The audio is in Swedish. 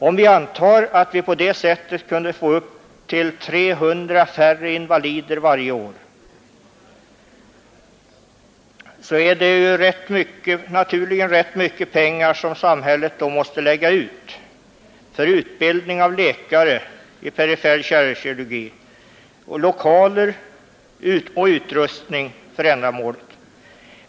Om vi antar att vi på detta sätt kunde få upp till 300 färre invalider för varje år, måste samhället naturligtvis lägga ut rätt mycket pengar för utbildning av läkare i perifer kärlkirurgi samt för lokaler och utrustning för ändamålet.